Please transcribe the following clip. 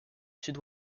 sud